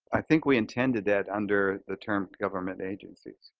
i think we intended that under the term government agencies.